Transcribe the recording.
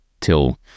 till